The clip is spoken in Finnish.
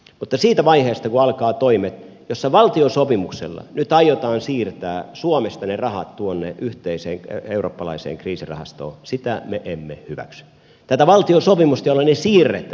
mutta siitä vaiheesta kun alkavat toimet joissa valtiosopimuksella nyt aiotaan siirtää suomesta ne rahat tuonne yhteiseen eurooppalaiseen kriisirahastoon me emme hyväksy siis tätä valtiosopimusta jolla ne siirretään